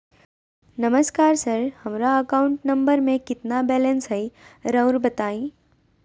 नमस्कार सर हमरा account number में कितना बैलेंस हेई राहुर बताई?